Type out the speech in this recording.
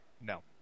No